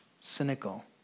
cynical